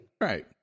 Right